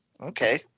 okay